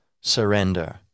surrender